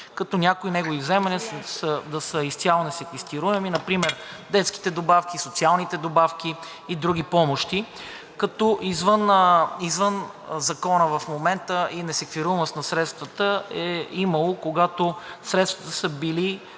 като някои негови вземания да са изцяло несеквестируеми – например детските добавки, социалните добавки и други помощи, като извън Закона в момента и несеквестируемост на средствата е имало, когато средствата са били